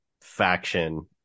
faction